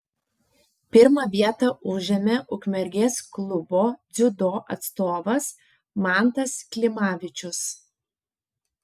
pirmą vietą užėmė ukmergės klubo dziudo atstovas mantas klimavičius